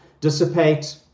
dissipate